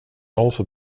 also